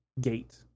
Gate